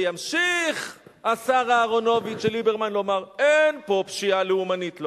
וימשיך השר אהרונוביץ של ליברמן לומר: אין פה פשיעה לאומנית.